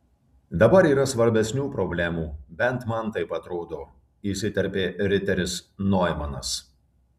dabar yra svarbesnių problemų bent man taip atrodo įsiterpė riteris noimanas